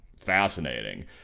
fascinating